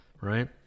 right